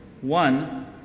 one